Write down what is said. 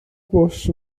bws